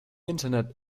internet